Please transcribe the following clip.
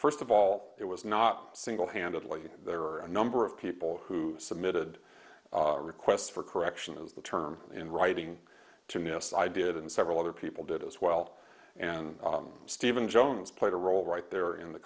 first of all it was not single handedly there are a number of people who submitted requests for correction of the term in writing to me yes i did and several other people did as well and stephen jones played a role right there in the